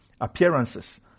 appearances